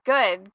Good